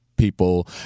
people